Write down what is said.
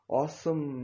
awesome